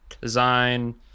design